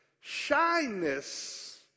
shyness